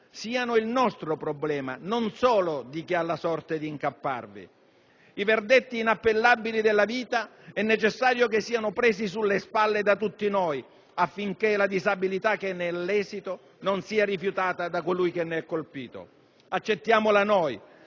siano il nostro problema, non solo di chi ha la sorte di incapparvi. I verdetti inappellabili della vita è necessario che siano presi sulle spalle da tutti noi affinché la disabilità che ne è l'esito non sia rifiutata da colui che ne è colpito. Accettiamola noi.